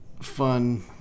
fun